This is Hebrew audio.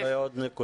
אולי עוד נקודה,